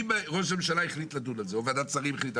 אם ראש הממשלה החליט לדון על זה או ועדת שרים החליטה